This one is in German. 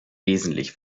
wesentlich